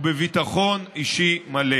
אני משיב פה בשמו של השר דרעי.